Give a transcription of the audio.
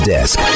Desk